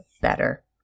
better